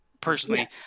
personally